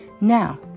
Now